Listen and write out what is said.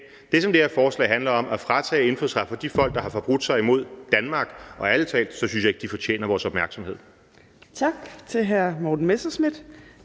Det, som det her forslag handler om, er at tage indfødsretten fra de folk, der har forbrudt sig mod Danmark, og ærlig talt synes jeg ikke, at de fortjener vores opmærksomhed.